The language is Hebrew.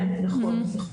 כן, נכון.